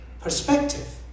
perspective